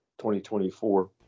2024